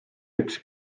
üks